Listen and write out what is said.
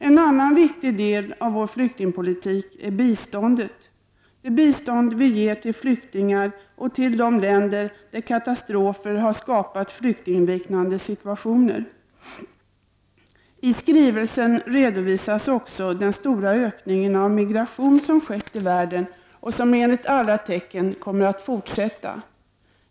En annan viktig del av vår flyktingpolitik är biståndet, alltså det bistånd vi ger till flyktingar och till de länder där katastrofer skapat flyktingliknande situationer. I skrivelsen redovisas också den stora ökningen av migrationen som skett i världen och som enligt alla tecken kommer att fortsätta.